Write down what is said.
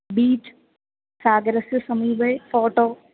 beach सागरस्य समीपे photo